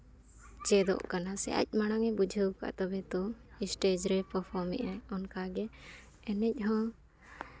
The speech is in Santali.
ᱪᱮᱫᱚᱜ ᱠᱟᱱᱟ ᱥᱮ ᱟᱡ ᱢᱟᱲᱟᱝᱼᱮ ᱵᱩᱡᱷᱟᱹᱣ ᱠᱟᱜᱼᱟ ᱛᱚᱵᱮ ᱛᱚ ᱥᱴᱮᱡᱽ ᱨᱮ ᱯᱟᱨᱯᱷᱚᱨᱢ ᱮᱫᱟᱭ ᱚᱱᱠᱟᱜᱮ ᱮᱱᱮᱡ ᱦᱚᱸ